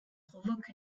provoque